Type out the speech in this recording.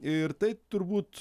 ir tai turbūt